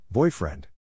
Boyfriend